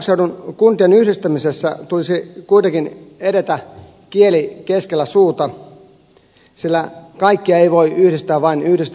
pääkaupunkiseudun kuntien yhdistämisessä tulisi kuitenkin edetä kieli keskellä suuta sillä kaikkia ei voi yhdistää vain yhdistämisen vuoksi